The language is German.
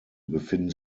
befinden